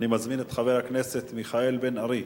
אני מזמין את חבר הכנסת מיכאל בן-ארי,